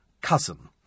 cousin